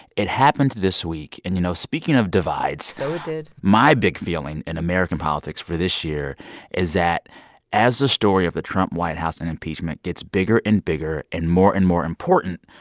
it happened this week. and, you know, speaking of divides. so it did. my big feeling in american politics for this year is that as the story of the trump white house and impeachment gets bigger and bigger and more and more important,